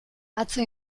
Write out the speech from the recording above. atzo